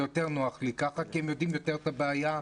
זה יותר נוח לי ככה כי הם יודעים יותר את הבעיה.